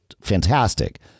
fantastic